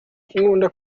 nkunda